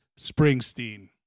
Springsteen